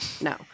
No